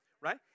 Right